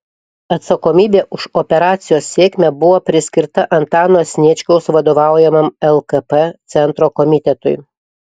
atsakomybė už operacijos sėkmę buvo priskirta antano sniečkaus vadovaujamam lkp centro komitetui